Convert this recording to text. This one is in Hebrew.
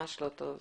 ממש לא טוב.